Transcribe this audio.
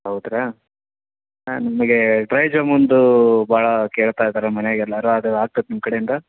ಹೌದ್ರಾ ನಿಮಗೆ ಡ್ರೈ ಜಾಮೂನ್ದು ಭಾಳ ಕೇಳ್ತಯಿದ್ದಾರೆ ಮನೆಗೆ ಎಲ್ಲರೂ ಅದು ಆಗ್ತದ ನಿಮ್ಮ ಕಡೆಯಿಂದ